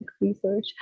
research